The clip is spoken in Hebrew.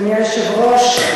אדוני היושב-ראש,